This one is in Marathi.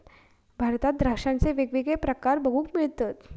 भारतात द्राक्षांचे वेगवेगळे प्रकार बघूक मिळतत